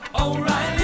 O'Reilly